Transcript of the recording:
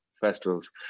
festivals